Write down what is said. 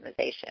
optimization